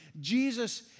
Jesus